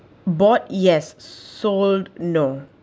bought yes sold no